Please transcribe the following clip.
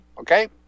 Okay